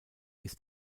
ist